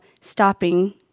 stopping